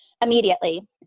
Immediately